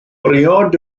briod